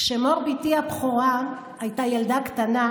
כשמור, בתי הבכורה, הייתה ילדה קטנה,